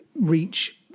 reach